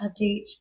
update